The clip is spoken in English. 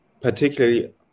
particularly